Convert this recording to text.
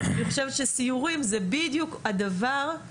אני חושבת שסיורים של תלמידים,